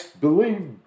believe